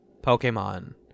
pokemon